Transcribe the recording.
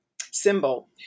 symbol